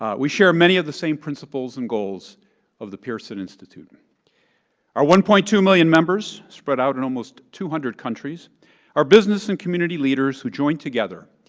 ah we share many of the same principles and goals of the pearson institute. and our one point two million members spread out in almost two hundred countries are business and community leaders who join together,